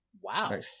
Wow